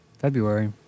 February